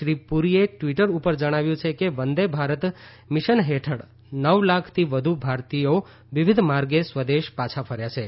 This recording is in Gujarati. શ્રી પુરીએ ટ્વીટર ઉપર જણાવ્યું છે કે વંદે ભારત મિશન હેઠળ નવ લાખથી વધુ ભારતીયો વિવિધ માર્ગે સ્વદેશ પાછા ફર્યા છે